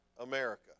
America